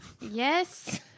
Yes